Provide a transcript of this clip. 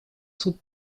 суд